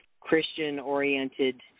Christian-oriented